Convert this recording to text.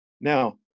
Now